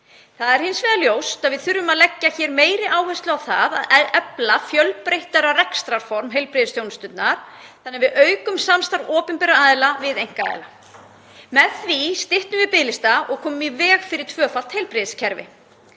Það er hins vegar ljóst að við þurfum að leggja meiri áherslu á að efla fjölbreyttari rekstrarform heilbrigðisþjónustunnar þannig að við aukum samstarf opinberra aðila við einkaaðila. Með því styttum við biðlista og komum í veg fyrir tvöfalt heilbrigðiskerfi.